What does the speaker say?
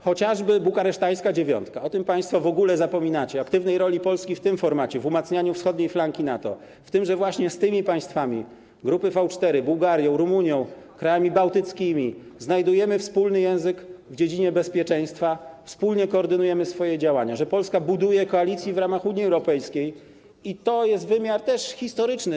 Chociażby Bukaresztańska Dziewiątka - o tym państwo w ogóle zapominacie, o aktywnej roli Polski w tym formacie, w umacnianiu wschodniej flanki NATO, w tym że właśnie z państwami grupy V4, tj. Bułgarią, Rumunią, krajami bałtyckimi, znajdujemy wspólny język w dziedzinie bezpieczeństwa, wspólnie koordynujemy swoje działania, że Polska buduje koalicję w ramach Unii Europejskiej i to jest wymiar historyczny.